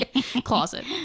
Closet